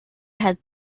had